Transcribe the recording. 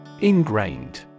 Ingrained